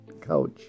couch